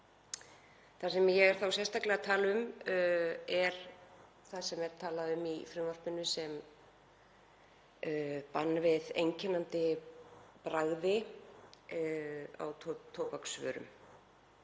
Það sem ég er þá sérstaklega að tala um er það sem er talað um í frumvarpinu sem bann við einkennandi bragði á tóbaksvörum.